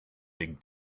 big